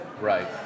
right